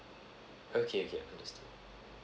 okay okay understood